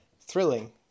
thrilling